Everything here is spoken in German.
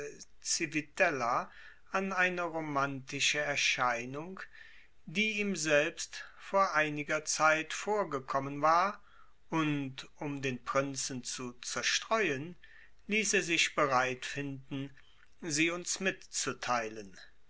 an eine romantische erscheinung die ihm selbst vor einiger zeit vorgekommen war und um den prinzen zu zerstreuen ließ er sich bereit finden sie uns mitzuteilen